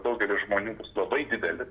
daugeliui žmonių bus labai didelis